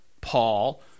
Paul